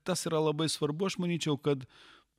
tas yra labai svarbu aš manyčiau kad